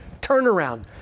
turnaround